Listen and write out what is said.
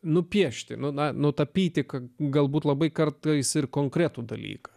nupiešti nūnai nutapyti kad galbūt labai kartais ir konkretų dalyką